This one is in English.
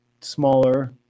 smaller